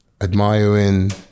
admiring